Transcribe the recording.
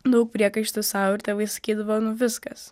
daug priekaištų sau ir tėvai sakydavo nu viskas